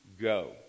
go